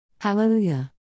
Hallelujah